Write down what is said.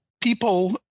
people